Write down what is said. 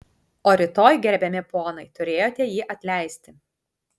o rytoj gerbiami ponai turėjote jį atleisti